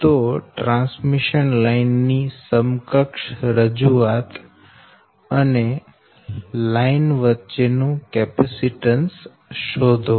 તો transmission line ની સમકક્ષ રજૂઆત અને લાઈન વચ્ચે નું કેપેસીટન્સ શોધો